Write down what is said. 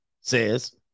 says